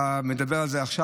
אתה מדבר על זה עכשיו,